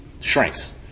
shrinks